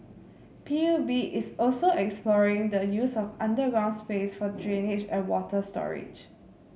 P U B is also exploring the use of underground space for drainage and water storage